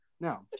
Now